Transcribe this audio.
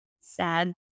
sad